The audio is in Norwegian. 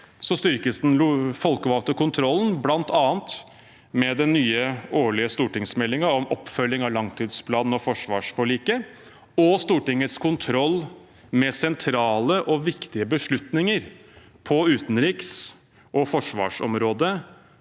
styrkes den folkevalgte kontrollen, bl.a. med den nye årlige stortingsmeldingen om oppfølging av langtidsplanen og forsvarsforliket, og Stortingets kontroll med sentrale og viktige beslutninger på utenriks- og forsvarsområdet